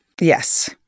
Yes